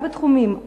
גם בתחומים שונים,